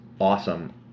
awesome